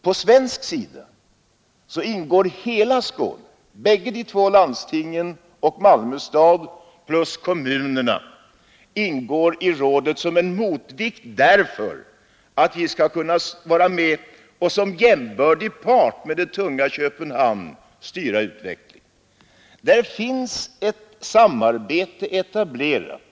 På svensk sida ingår hela Skåne, bägge landstingen, Malmö stad och en rad kommuner i rådet för att som en motvikt till och en jämbördig part med det tunga Köpenhamn styra utvecklingen. Där finns ett samarbete etablerat.